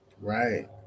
Right